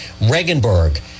Regenberg